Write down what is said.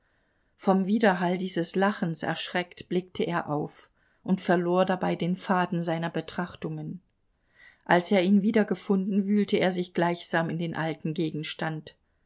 vom widerhall dieses lachens erschreckt blickte er auf und verlor dabei den faden seiner betrachtungen als er ihn wiedergefunden wühlte er sich gleichsam in den alten gegenstand